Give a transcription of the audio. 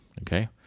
Okay